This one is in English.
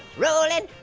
rolling,